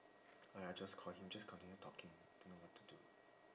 !aiya! just call him just continue talking don't know what to do